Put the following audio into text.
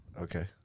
Okay